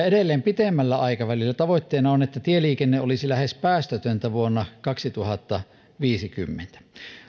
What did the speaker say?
edelleen pidemmällä aikavälillä tavoitteena on että tieliikenne olisi lähes päästötöntä vuonna kaksituhattaviisikymmentä